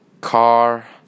car